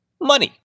money